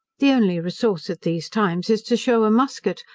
the only resource at these times is to shew a musquet,